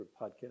podcast